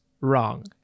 wrong